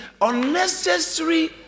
unnecessary